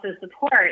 support